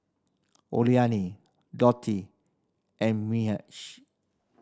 Oralia Dotty and Mitch